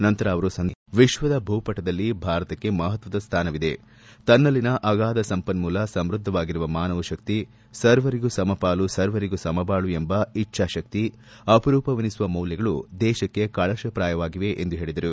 ನಂತರ ಅವರು ಸಂದೇಶ ನೀಡಿ ವಿಶ್ವದ ಭೂಪಟದಲ್ಲಿ ಭಾರತಕ್ಕೆ ಮಹತ್ವದ ಸ್ವಾನವಿದೆ ತನ್ನಲ್ಲಿನ ಆಗಾಧ ಸಂಪನ್ಮೂಲ ಸಮ್ಮದ್ವಾಗಿರುವ ಮಾನವಶಕ್ತಿ ಸರ್ವರಿಗೂ ಸಮಪಾಲು ಸರ್ವರಿಗೂ ಸಮಬಾಳು ಎಂಬ ಇಚ್ದಾಶಕ್ತಿ ಅಪರೂಪವೆನಿಸುವ ಮೌಲ್ಯಗಳು ದೇಶಕ್ತಿ ಕಳಶಪ್ರಾಯವಾಗಿದೆ ಎಂದು ಹೇಳಿದರು